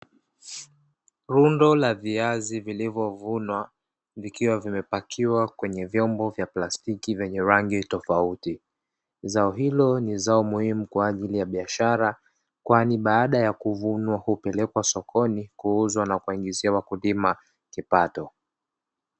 Rundo la viazi vilivyovunwa vikiwa vimepakiwa kwenye vyombo vya plastiki vyenye rangi tofauti, zao hilo ni zao la muhimu kwaajili ya biashara kwani baada ya kuvunwa hupelekwa sokoni kuuzwa na kiwaingizia wakulima kipato.